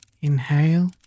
Inhale